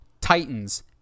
Titans